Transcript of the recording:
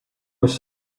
was